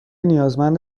نیازمند